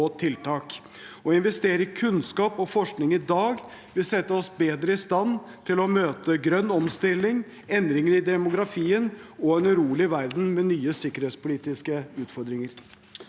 tiltak. Å investere i kunnskap og forskning i dag vil sette oss bedre i stand til å møte grønn omstilling, endringer i demografien og en urolig verden med nye sikkerhetspolitiske utfordringer.